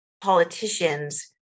politicians